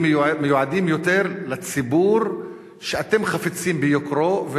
הם מיועדים יותר לציבור שאתם חפצים ביקרו,